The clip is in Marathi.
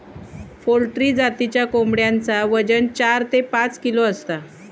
पोल्ट्री जातीच्या कोंबड्यांचा वजन चार ते पाच किलो असता